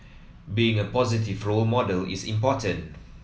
being a positive role model is important